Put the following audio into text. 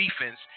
defense